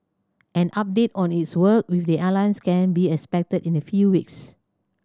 an update on its work with the airlines can be expected in a few weeks